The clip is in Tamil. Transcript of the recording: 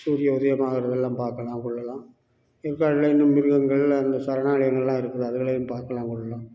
சூரிய உதயமாகிறதெல்லாம் பார்க்கலாம் கொள்ளலாம் ஏற்காடில் இந்த மிருகங்கள் அந்த சரணாலயங்கள்லாம் இருக்குது அதுங்களையும் பார்க்கலாம் கொள்ளலாம்